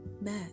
met